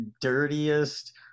dirtiest